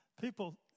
People